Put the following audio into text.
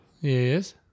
Yes